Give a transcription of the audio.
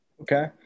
okay